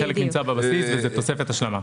חלק נמצא בבסיס וזאת תוספת השלמה.